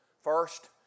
first